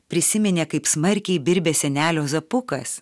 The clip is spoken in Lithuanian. prisiminė kaip smarkiai birbė senelio zapukas